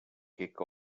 kick